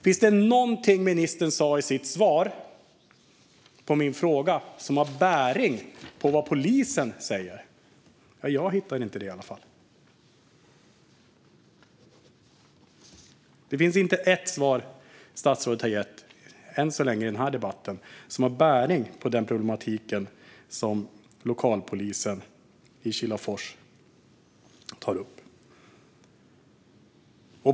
Finns det någonting ministern sa i sitt svar på min fråga som har bäring på vad polisen säger? Jag hittar i alla fall ingenting. Det finns inte ett svar som statsrådet har gett än så länge i denna debatt som har bäring på den problematik som lokalpolisen i Kilafors tar upp.